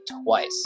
Twice